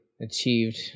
achieved